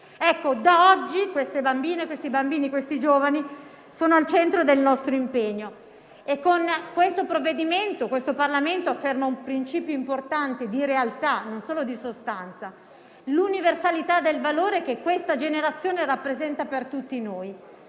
Ecco, da oggi queste bambine, questi bambini e questi giovani sono al centro del nostro impegno. Con questo provvedimento il Parlamento afferma un principio importante di realtà, non solo di sostanza: l'universalità del valore che questa generazione rappresenta per tutti noi.